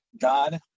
God